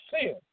sin